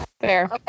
Fair